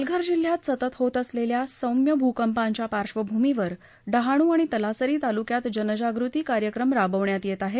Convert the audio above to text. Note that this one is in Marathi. पालघर जिल्ह्यात सतत होत असलेल्या सौम्य भूकंपांच्या पार्श्वभूमीवर डहाणू आणि तलासरी तालुक्यात जनजागृती कार्यक्रम राबवण्यात येत आहे